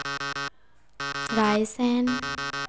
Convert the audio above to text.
Raisen